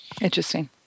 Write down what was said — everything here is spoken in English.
Interesting